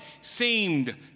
seemed